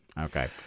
Okay